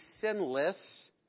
sinless